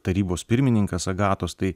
tarybos pirmininkas agatos tai